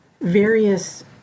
various